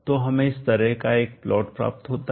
तो हमें इस तरह का एक प्लॉट प्राप्त होता है